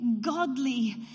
godly